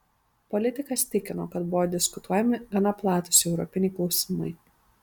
politikas tikino kad buvo diskutuojami gana platūs europiniai klausimai